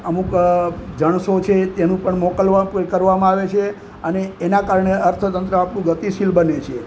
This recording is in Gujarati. અમુક જણસો છે તેનું પણ મોકલવા કોઈ કરવામાં આવે છે અને એના કારણે અર્થતંત્ર આખું ગતિશીલ બને છે